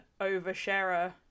oversharer